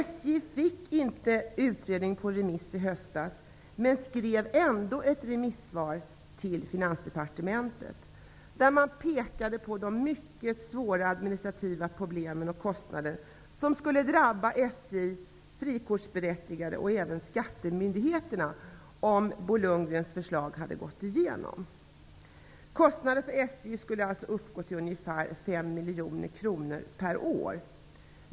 SJ fick inte utredningen på remiss i höstas, men skrev ändå ett remissvar till Finansdepartementet där man pekade på de mycket svåra administrativa problem och kostnader som drabbar SJ, frikortsberättigade och även skattemyndigheterna om Bo Lundgrens förslag går igenom. Kostnaden för SJ skulle uppgå till ungefär 5 miljoner kronor per år.